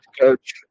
Coach